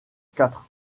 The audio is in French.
quatre